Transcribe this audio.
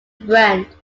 brand